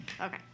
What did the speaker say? Okay